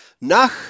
nach